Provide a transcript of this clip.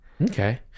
Okay